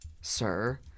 sir